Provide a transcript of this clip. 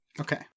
Okay